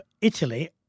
Italy